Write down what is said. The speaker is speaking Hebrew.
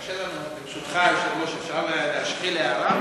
תרשה לנו, ברשותך היושב-ראש, אפשר להשחיל הערה?